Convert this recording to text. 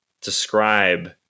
describe